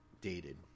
dated